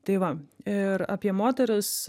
tai va ir apie moteris